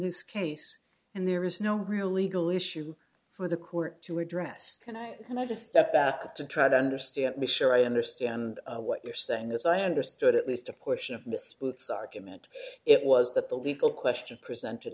this case and there is no real legal issue for the court to address and i just step back to try to understand be sure i understand what you're saying as i understood at least a portion of mr books argument it was that the legal question presented